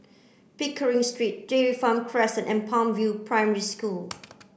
Pickering Street Dairy Farm Crescent and Palm View Primary School